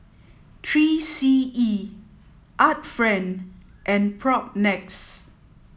Three C E Art Friend and Propnex